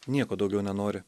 nieko daugiau nenori